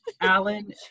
Alan